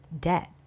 debt